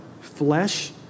flesh